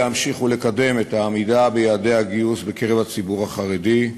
19 עורר התנגדות עזה בקרב הציבור החרדי,